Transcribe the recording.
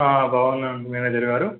ఆ బావుంనానండి మేనేజర్ గారు